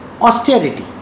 austerity